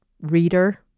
reader